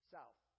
South